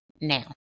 now